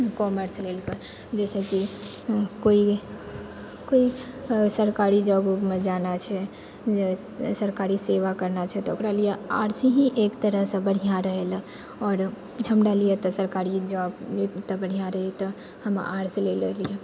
commerce लेलक जैसे कि कोई कोई सरकारी जॉबमे जाना छै सरकारी सेवा करना छै तऽ ओकरो लिए आर्ट्स ही एक तरहसँ बढ़िआँ रहल यऽ आओर हमरा लिए सरकारी जॉब ओते बढ़िआँ रही तऽ हम आर्ट्स लेले रहियै